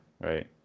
right